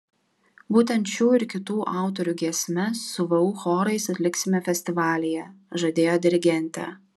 būtent šių ir kitų autorių giesmes su vu chorais atliksime festivalyje žadėjo dirigentė